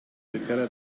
retira